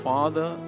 Father